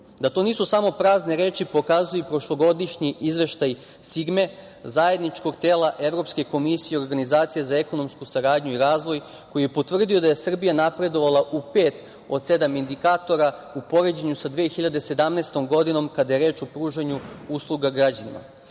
EU.Da to nisu samo prazne reči pokazuje i prošlogodišnji izveštaj "Sigme", zajedničkog tela Evropske komisije i organizacije za ekonomsku saradnju i razvoj, koji je potvrdio da je Srbija napredovala u pet od sedam indikatora u poređenju sa 2017. godinom kada je reč o pružanju usluga građanima.